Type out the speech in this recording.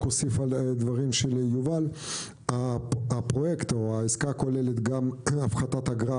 רק אוסיף על הדברים של יובל שהעסקה כוללת גם הפחתת אגרה